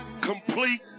Complete